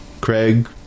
Craig